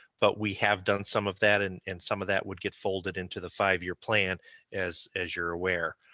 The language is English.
but we have done some of that and and some of that would get folded into the five year plan as as you're aware.